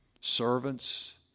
Servants